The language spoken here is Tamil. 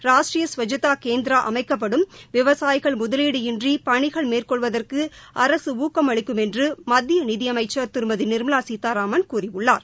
ராஷ்ட்டிரிய ஸ்வஜ்ஐதா கேந்திரா அமைக்கப்படும் விவசாயிகள் முதலீடு இன்றி பணிகள் மேற்கொள்வதற்கு அரசு ஊக்கமளிக்கும் என்று மத்திய நிதியமைச்சர் திருமதி நிர்மலா சீதாராமன் கூறியுள்ளார்